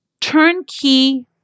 turnkey